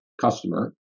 customer